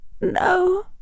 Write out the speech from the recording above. No